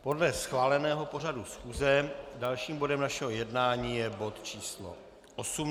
Podle schváleného pořadu schůze dalším bodem našeho jednání je bod číslo 18.